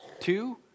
Two